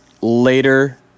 later